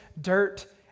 dirt